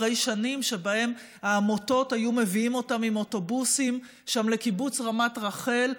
אחרי שנים שבהן העמותות היו מביאות אותם עם אוטובוסים לקיבוץ רמת רחל,